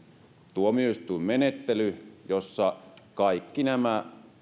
tuomioistuinmenettely jossa kaikki nämä